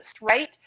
right